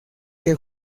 que